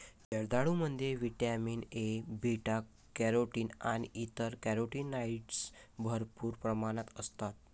जर्दाळूमध्ये vitamin A, beta carotene आणि इतर कॅरोटीनॉइड्स भरपूर प्रमाणात असतात